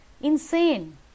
insane